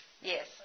Yes